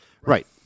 Right